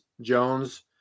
Jones